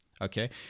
Okay